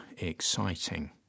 exciting